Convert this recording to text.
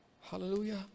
Hallelujah